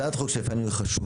הצעת החוק שלפנינו היא חשובה.